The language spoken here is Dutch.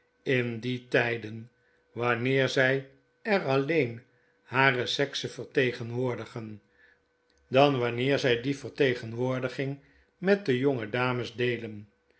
in die tijden wanneer zy er alleen hare sekse vertegenwoordigen dan wanneer zy die vertegenwoordiging met de jonge dames deelen